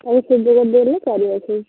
ଆମେ ଶୀଘ୍ର ଦେଲେ କରିବ ସେ